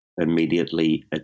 immediately